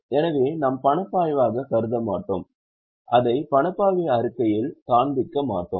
எனவே நாம் பணப்பாய்வாக கருத மாட்டோம் அதை பணப்பாய்வு அறிக்கையில் காண்பிக்க மாட்டோம்